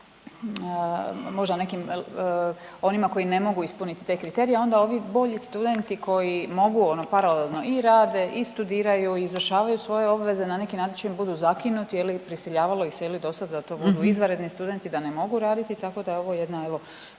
možda nekim onima koji ne mogu ispuniti te kriterije, a onda ovi bolji studenti koji mogu paralelno i rade i studiraju i izvršavaju svoje obveze na neki način budu zakinuti u prisiljavalo ih se do sad da to budu izvanredni studenti da ne mogu radit, tako da je ovo jedna